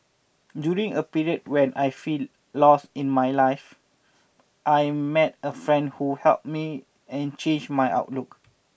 during a period when I feel lost in my life I met a friend who helped me and changed my outlook